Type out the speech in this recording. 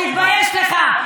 תתבייש לך.